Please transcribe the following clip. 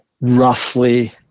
roughly